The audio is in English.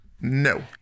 No